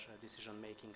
decision-making